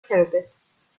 therapists